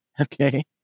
okay